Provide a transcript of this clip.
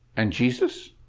and jesus?